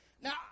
Now